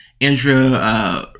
Andrea